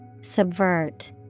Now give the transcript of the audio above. Subvert